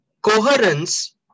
coherence